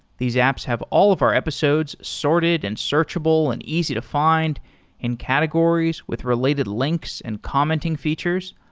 these apps have all of our episodes sorted and searchable and easy to find in categories with related links and commenting features.